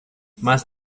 más